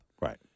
Right